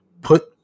Put